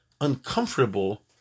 uncomfortable